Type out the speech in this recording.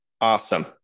Awesome